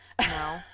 No